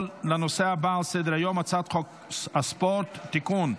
לנושא הבא על סדר-היום: הצעת חוק הספורט (תיקון,